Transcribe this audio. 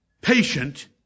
Patient